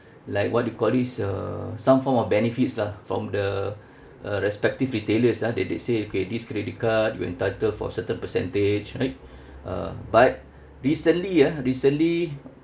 like what do you call this uh some form of benefits lah from the uh respective retailers ah that they say okay this credit card you will entitle for certain percentage right uh but recently ah recently